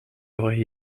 aurait